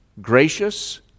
gracious